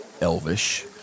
elvish